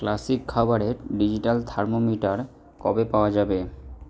classic খাবারের digital thermometer কবে পাওয়া যাবে